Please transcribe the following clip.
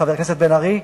חבר הכנסת בן-ארי,